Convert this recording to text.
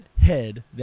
head